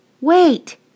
Wait